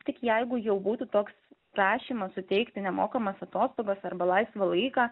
tik jeigu jau būtų toks prašymas suteikti nemokamas atostogas arba laisvą laiką